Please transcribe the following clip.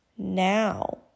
now